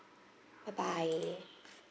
bye bye